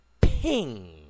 ping